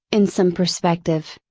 in some perspective.